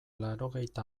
laurogeita